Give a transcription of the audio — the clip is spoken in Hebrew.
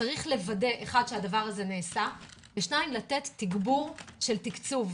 צריך לוודא שהדבר הזה נעשה ולתת תגבור של תקצוב.